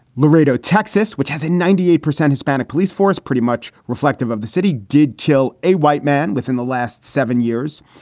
laredo, texas, which has a ninety eight percent hispanic police force pretty much reflective of the city, did kill a white man within the last seven years.